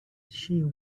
she